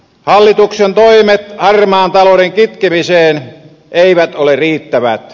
hallituksen toimet harmaan talouden kitkemiseen eivät ole riittävät